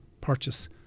purchase